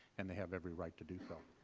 and they have every right to do so